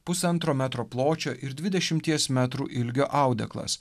pusantro metro pločio ir dvidešimties metrų ilgio audeklas